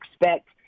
expect